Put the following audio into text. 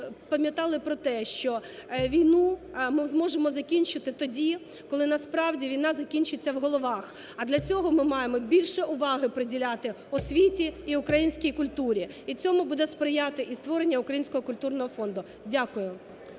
пам'ятали про те, що війну ми зможемо закінчити тоді, коли насправді війна закінчиться в головах. А для цього ми маємо більше уваги приділяти освіті і українській культурі, і цьому буде сприяти і створення Українського культурного фонду. Дякую.